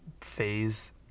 phase